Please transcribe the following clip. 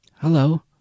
Hello